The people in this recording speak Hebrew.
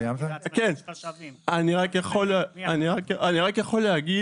אני רק יכול להגיד